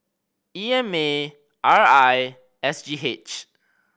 E M A R I and S G H